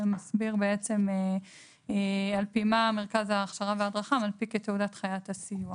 שמסביר על פי מה מרכז ההכשרה וההדרכה מנפיק את תעודת חיית הסיוע.